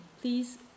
Please